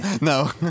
No